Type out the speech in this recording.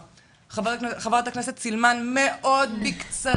חברת הכנסת סילמן, מאוד בקצרה.